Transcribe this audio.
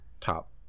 top